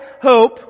hope